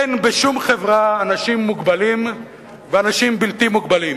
אין בשום חברה אנשים מוגבלים ואנשים בלתי מוגבלים.